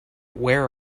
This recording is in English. where